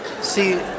See